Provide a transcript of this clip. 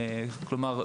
כלומר,